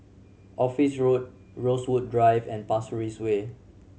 Office Road Rosewood Drive and Pasir Ris Way